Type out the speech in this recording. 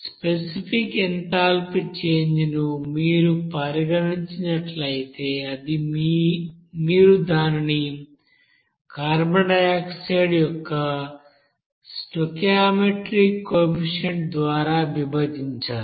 specific enthalpy change ను మీరు పరిగణించినట్లయితే మీరు దానిని కార్బన్ డయాక్సైడ్ యొక్క స్టోయికియోమెట్రిక్ కోఎఫిసిఎంట్ ద్వారా విభజించాలి